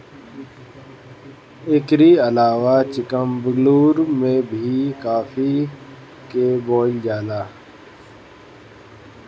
एकरी अलावा चिकमंगलूर में भी काफी के बोअल जाला